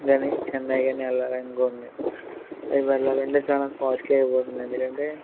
గానీ చెన్నై గానీ వెళ్లాలనుకోండి అవి వెళ్లాలంటే చాలా కాస్ట్లీ అయిపోతుంది ఎందుకంటే